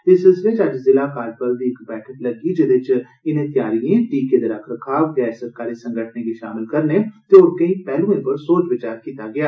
इस सिलसिले च अज्ज ज़िला कार्जबल दी इक बैठक लग्गी जेदे च इनें तैयारिएं टीके दे रख रखाव गैर सरकारी संगठनें गी शामल करने ते होर केंई पैहलुए पर सोच विचार कीता गेआ